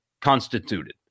constituted